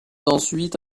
ensuite